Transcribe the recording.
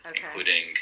including